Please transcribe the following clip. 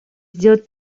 сделать